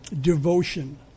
devotion